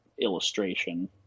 illustration